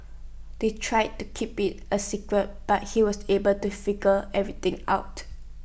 they tried to keep IT A secret but he was able to figure everything out